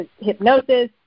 hypnosis